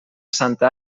santa